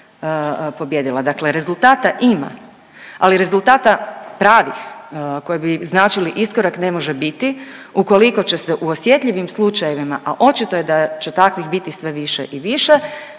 Dakle rezultata ima, ali rezultata pravih koji bi značili iskorak ne može biti ukoliko će se u osjetljivim slučajevima, a očito je da će takvih biti sve više i više